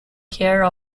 care